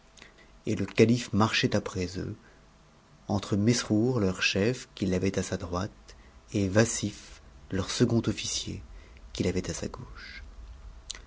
et le calife marchait après eux entre mesrour leur chef qu'il avait à sa droite et vassif leur second officier qu'il avait à sa gauche